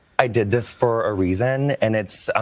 i did this for a reason and it's,